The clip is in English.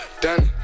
Danny